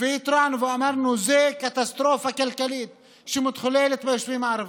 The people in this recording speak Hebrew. והתרענו ואמרנו: קטסטרופה כלכלית מתחוללת ביישובים הערביים.